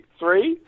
three